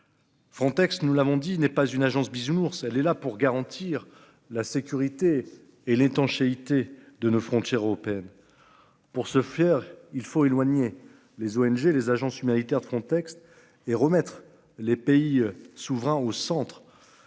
Frontex. Nous l'avons dit, n'est pas une agence bisounours. Elle est là pour garantir la sécurité et l'étanchéité de nos frontières européennes. Pour se fier il faut éloigner les ONG. Les agences humanitaires de contexte et remettre les pays souverain au centre.